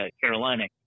Carolina